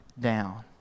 down